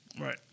Right